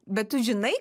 bet tu žinai